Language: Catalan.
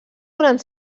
durant